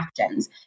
actions